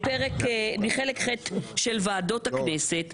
מחלק ח' של ועדות הכנסת.